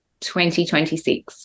2026